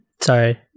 Sorry